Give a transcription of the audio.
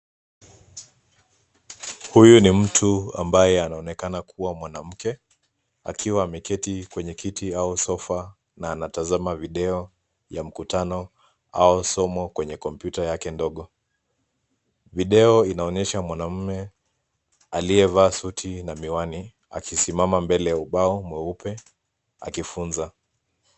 Huyu ni mtu ambaye anaonekana kuwa mwanamke. Akiwa ameketi kwenye kiti au sofa, na anatazama video ya mkutano au somo kwenye kompyuta yake ndogo. Video inaonyesha mwanamume aliyevaa suti na miwani, akisimama mbele ya ubao mweupe akifunza.